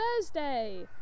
Thursday